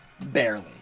Barely